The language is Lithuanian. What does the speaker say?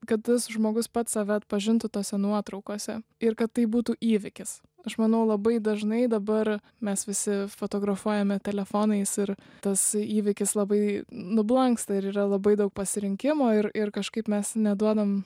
kad tas žmogus pats save atpažintų tose nuotraukose ir kad tai būtų įvykis aš manau labai dažnai dabar mes visi fotografuojame telefonais ir tas įvykis labai nublanksta ir yra labai daug pasirinkimo ir ir kažkaip mes neduodam